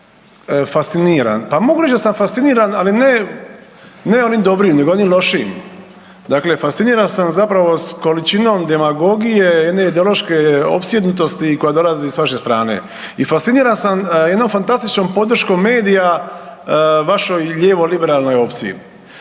fasciniran, pa mogu reći da sam fasciniran ali ne onim dobrim, nego onim lošijim. Dakle, fasciniran sam zapravo s količinom demagogije jedne ideološke opsjednutosti koja dolazi s vaše strane i fasciniran sam jednom fantastičnom podrškom medija vašoj lijevo-liberalnoj opciji.